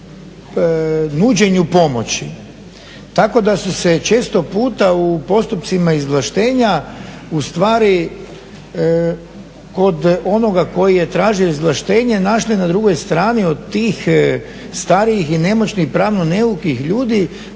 nuđenju pomoći tako da su se često puta u postupcima izvlaštenja ustvari kod onoga koji je tražio izvlaštenje našli na drugoj strani od tih starijih i nemoćnih pravno neukih ljudi